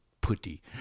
Putty